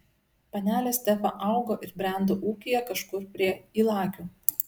panelė stefa augo ir brendo ūkyje kažkur prie ylakių